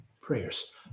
prayers